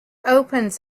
opens